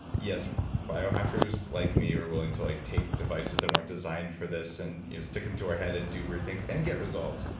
yes, bio-hackers like me are willing to like take devices that weren't designed for this and you know stick them to our head and do weird things, and get results.